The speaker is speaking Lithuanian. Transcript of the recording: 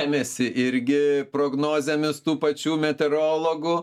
remiasi irgi prognozėmis tų pačių meteorologų